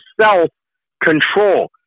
self-control